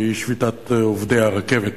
והיא שביתת עובדי הרכבת,